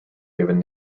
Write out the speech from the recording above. given